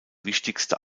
wichtigste